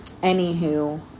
Anywho